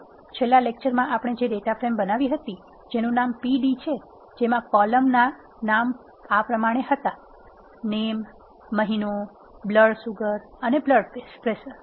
ચાલો છેલ્લા લેક્ચરમાં આપણે જે ડેટા ફ્રેમ બનાવી હતી જેનું નામ pd છે જેમાં કોલમ ણા નામ આ પ્રમાણે હતા નેમમહિનોબ્લડ સુગર અને બ્લડ પ્રેસર